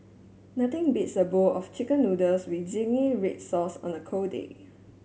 nothing beats a bowl of chicken noodles with zingy red sauce on a cold day